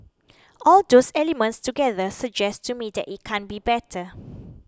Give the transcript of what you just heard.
all those elements together suggest to me that it can't be better